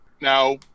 Now